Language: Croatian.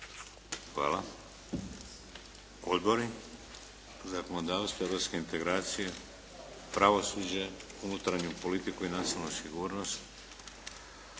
Hvala. Odbori? Zakonodavstvo, europske integracije, pravosuđe, unutarnju politiku i nacionalnu sigurnost.